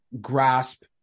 grasp